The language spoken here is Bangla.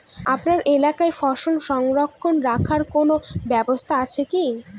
আপনার এলাকায় ফসল সংরক্ষণ রাখার কোন ব্যাবস্থা আছে কি?